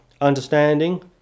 understanding